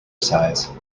size